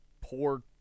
poor